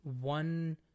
one